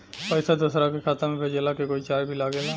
पैसा दोसरा के खाता मे भेजला के कोई चार्ज भी लागेला?